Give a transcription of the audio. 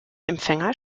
empfänger